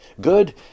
Good